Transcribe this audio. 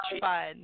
fun